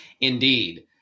indeed